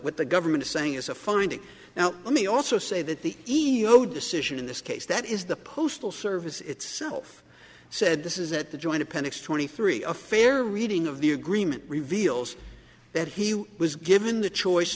the government is saying is a finding now let me also say that the ego decision in this case that is the postal service itself said this is that the joint appendix twenty three a fair reading of the agreement reveals that he was given the choice